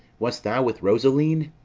wast thou with rosaline?